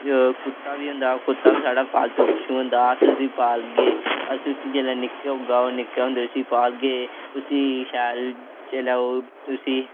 कुत्ता बी होंदा कुत्ता बी साढ़ा पालतू पशु होंदा अस उसी पालगे अस उसी जेल्लै निक्का होगा निक्के होंदे उसी पालगे उसी शैल जेल्लै ओह् उसी